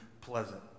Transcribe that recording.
pleasant